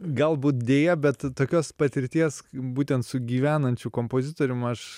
galbūt deja bet tokios patirties būtent su gyvenančiu kompozitorium aš